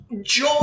joy